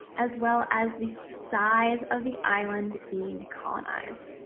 as well as, the size of the island being colonized.